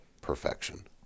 perfection